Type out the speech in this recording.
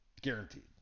guaranteed